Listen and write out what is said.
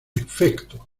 efecto